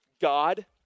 God